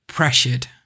pressured